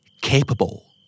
Capable